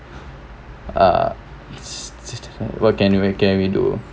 uh what can we can we do